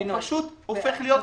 הוא פשוט הופך להיות בריאות.